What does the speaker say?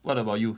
what about you